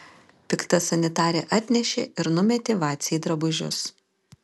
pikta sanitarė atnešė ir numetė vacei drabužius